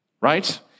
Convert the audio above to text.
Right